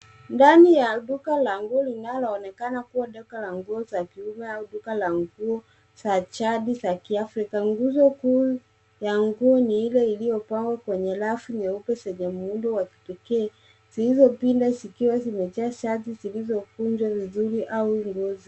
Ndani ya duka la nguo linaloonekana kuwa duka la nguo za kiume au duka la nguo za chali za kiafrika. Nguzo kuu ya nguo ni ile iliyopangwa kwenye rafu nyeupe zenye muundo wa kipekee zilizopinda zikiwa zimejaa shati zilizokunjwa vizuri au nguo...